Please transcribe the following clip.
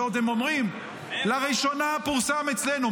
ועוד הם אומרים: לראשונה פורסם אצלנו.